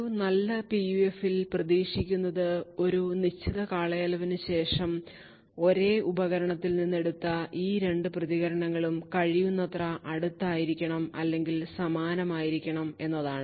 ഒരു നല്ല PUF ൽ പ്രതീക്ഷിക്കുന്നത് ഒരു നിശ്ചിത കാലയളവിനുശേഷം ഒരേ ഉപകരണത്തിൽ നിന്ന് എടുത്ത ഈ 2 പ്രതികരണങ്ങളും കഴിയുന്നത്ര അടുത്ത് ആയിരിക്കണം അല്ലെങ്കിൽ സമാനമായിരിക്കണം എന്നതാണ്